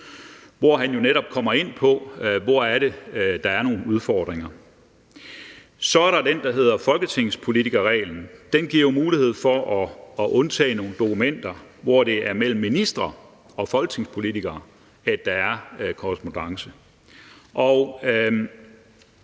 hvor man netop kommer ind på, hvor der er nogle udfordringer. Så er der den, som hedder folketingspolitikerreglen. Den giver jo mulighed for at undtage nogle dokumenter, hvor det er mellem ministre og folketingspolitikere, at der er korrespondance.